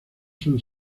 son